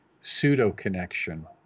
pseudo-connection